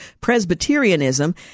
Presbyterianism